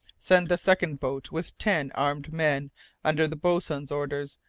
send the second boat with ten armed men under the boatswain's orders,